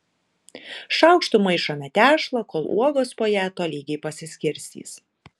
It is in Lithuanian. šaukštu maišome tešlą kol uogos po ją tolygiai pasiskirstys